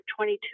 22